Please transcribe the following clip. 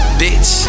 bitch